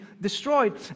destroyed